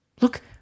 Look